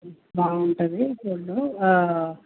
బాగుంటుంది గోల్డ్